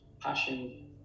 passion